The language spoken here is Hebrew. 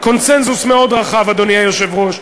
בקונסנזוס מאוד רחב, אדוני היושב-ראש.